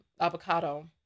avocado